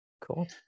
cool